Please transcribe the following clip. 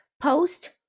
Post